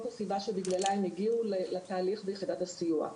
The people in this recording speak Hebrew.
הסיבה שבגללה הם הגיעו לתהליך ביחידת הסיוע.